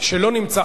שלא נמצא.